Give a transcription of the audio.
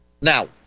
Now